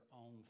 own